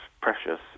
precious